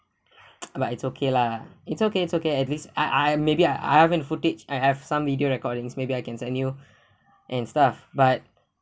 but it's okay lah it's okay it's okay at least I I maybe I I haven't footage I have some video recordings maybe I can send you and stuff but